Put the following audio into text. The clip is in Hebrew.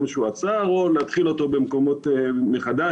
בו הוא עצר או להתחיל אותו במקומות מחדש,